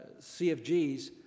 cfgs